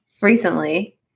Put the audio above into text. recently